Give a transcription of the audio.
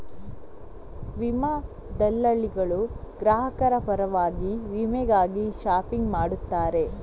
ವಿಮಾ ದಲ್ಲಾಳಿಗಳು ಗ್ರಾಹಕರ ಪರವಾಗಿ ವಿಮೆಗಾಗಿ ಶಾಪಿಂಗ್ ಮಾಡುತ್ತಾರೆ